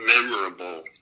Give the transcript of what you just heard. memorable